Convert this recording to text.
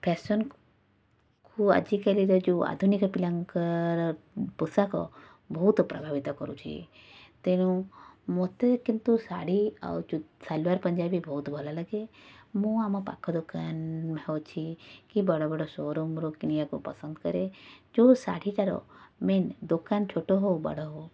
ଫ୍ୟାସନ୍କୁ ଆଜିକାଲିର ଯେଉଁ ଆଧୁନିକ ପିଲାଙ୍କର ପୋଷାକ ବହୁତ ପ୍ରଭାବିତ କରୁଛି ତେଣୁ ମୋତେ କିନ୍ତୁ ଶାଢ଼ୀ ଆଉ ସାଲୱାର ପଞ୍ଜାବୀ ବହୁତ ଭଲ ଲାଗେ ମୁଁ ଆମ ପାଖ ଦୋକାନ ହେଉଛି କି ବଡ଼ ବଡ଼ ସୋରୁମ୍ରୁ କିଣିବାକୁ ପସନ୍ଦ କରେ ଯେଉଁ ଶାଢ଼ୀଟାର ମେନ୍ ଦୋକାନ ଛୋଟ ହଉ ବଡ଼ ହଉ